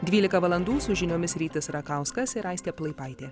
dvylika valandų su žiniomis rytis rakauskas ir aistė plaipaitė